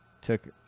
took